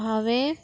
हांवें